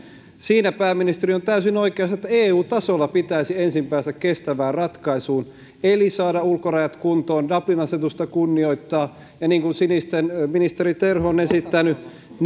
siinä pääministeri on täysin oikeassa että eu tasolla pitäisi ensin päästä kestävään ratkaisuun eli saada ulkorajat kuntoon dublin asetusta kunnioittaa ja niin kuin sinisten ministeri terho on esittänyt